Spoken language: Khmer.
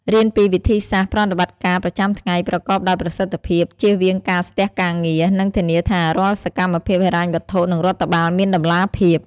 រៀនពីវិធីសាស្ត្រប្រតិបត្តិការប្រចាំថ្ងៃប្រកបដោយប្រសិទ្ធភាព ជៀសវាងការស្ទះការងារ និងធានាថារាល់សកម្មភាពហិរញ្ញវត្ថុ និងរដ្ឋបាលមានតម្លាភាព។